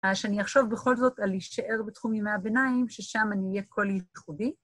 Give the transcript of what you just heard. שאני אחשוב בכל זאת על להישאר בתחומי ימי הביניים, ששם אני אהיה קול ייחודי.